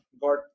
got